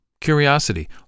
curiosity